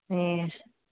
हीअं